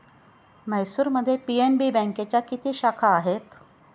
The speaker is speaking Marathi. म्हैसूरमध्ये पी.एन.बी बँकेच्या किती शाखा आहेत?